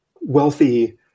wealthy